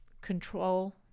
control